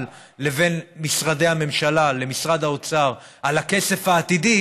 לבין משרדי הממשלה למשרד האוצר על הכסף העתידי,